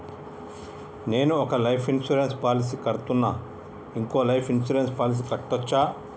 నేను ఒక life insurance policy కడ్తున్నా, ఇంకో లైఫ్ ఇన్సూరెన్స్ పాలసీ కట్టొచ్చా?